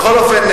בכל אופן,